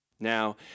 Now